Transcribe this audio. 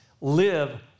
Live